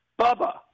Bubba